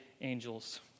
angels